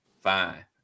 fine